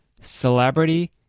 celebrity